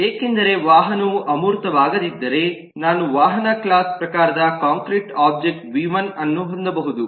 ಏಕೆಂದರೆ ವಾಹನವು ಅಮೂರ್ತವಾಗದಿದ್ದರೆ ನಾನು ವಾಹನ ಕ್ಲಾಸ್ ಪ್ರಕಾರದ ಕಾಂಕ್ರೀಟ್ ಒಬ್ಜೆಕ್ಟ್ ವಿ 1 ಅನ್ನು ಹೊಂದಬಹುದು